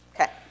Okay